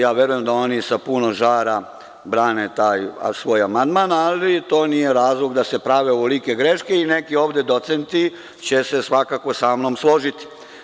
Ja verujem da oni sa puno žara brane taj svoj amandman, ali to nije razlog da se prave ovolike greške i neki ovde docenti će se svakako sa mnom složiti.